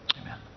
Amen